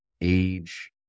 age